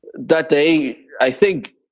that they, i think,